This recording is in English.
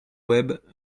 web